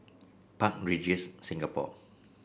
Park Regis Singapore